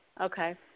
Okay